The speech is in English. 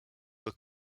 were